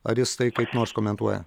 ar jis tai kaip nors komentuoja